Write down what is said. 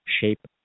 shape